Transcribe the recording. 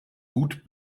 gut